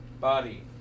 body